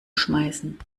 schmeißen